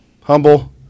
Humble